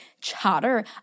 chatter